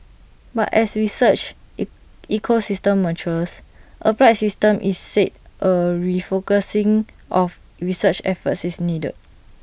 but as research ecosystem matures applied system is said A refocusing of research efforts is needed